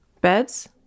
beds